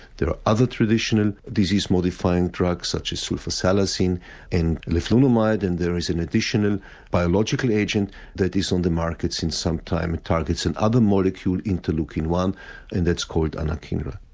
there are other traditional disease modifying drugs such as sulfur salicin and leflumonide and there is an additional biological agent that is on the market since some time, and targets and another molecule interleukin one and that's called anakinra.